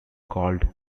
called